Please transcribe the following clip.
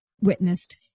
witnessed